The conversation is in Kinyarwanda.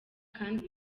kandi